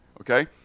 Okay